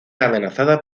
amenazada